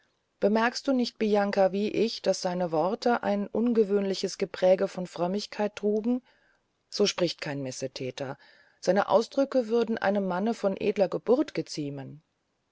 bemerktest du nicht bianca wie ich daß seine worte ein ungewöhnliches gepräge von frömmigkeit trugen so spricht kein missethäter seine ausdrücke würden einem manne von edler geburt geziemen